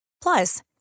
Plus